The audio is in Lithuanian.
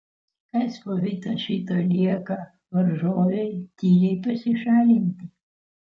kas po viso šito lieka varžovei tyliai pasišalinti